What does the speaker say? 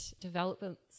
developments